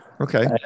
Okay